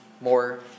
more